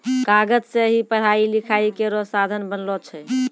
कागज सें ही पढ़ाई लिखाई केरो साधन बनलो छै